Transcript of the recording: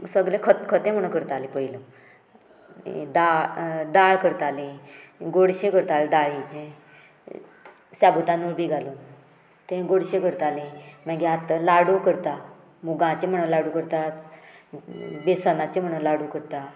सगले खतखतें म्हणून करतालीं पयलीं दाळ दाळ करतालीं गोडशें करतालीं दाळेचें साबुतांदूळ बी घालून तें गोडशें करतालीं मागीर आतां लाडू करता मुगांचे म्हण लाडू करतात बेसनाचे म्हण लाडू करता